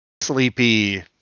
sleepy